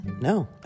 No